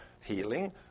healing